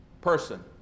person